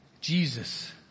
Jesus